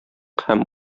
һәм